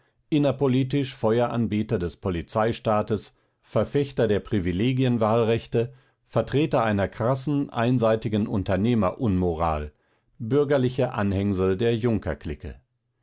imperialisten innerpolitisch feueranbeter des polizeistaates verfechter der privilegienwahlrechte vertreter einer krassen einseitigen unternehmerunmoral bürgerliche anhängsel der junkerclique